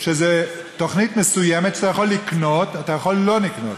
שזאת תוכנית מסוימת שאתה יכול לקנות ואתה יכול לא לקנות,